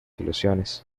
ilusiones